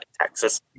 Texas